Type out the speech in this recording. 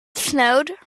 snowed